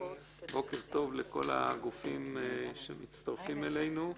בוקר טוב לכל הגופים שמצטרפים אלינו.